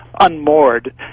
unmoored